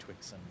Twixen